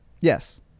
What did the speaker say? Yes